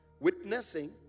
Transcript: Witnessing